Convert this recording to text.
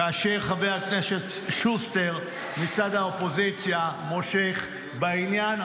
כאשר חבר הכנסת שוסטר מצד האופוזיציה מושך בעניין.